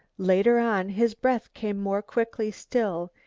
later on his breath came more quickly still,